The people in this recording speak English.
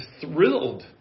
thrilled